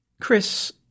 Chris